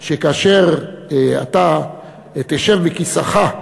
שכאשר אתה תשב בכיסאך,